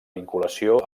vinculació